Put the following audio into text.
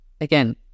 again